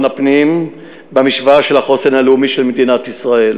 הפנים במשוואה של החוסן הלאומי של מדינת ישראל,